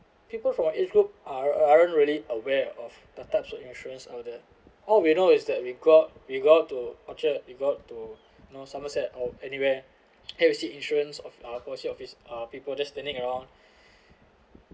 people from our age group are aren't really aware of the types of insurance out there all we know is that we got we got to orchard we got to know somerset or anywhere here will see insurance of uh co~ office uh people just standing around